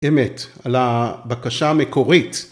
אמת, על הבקשה המקורית.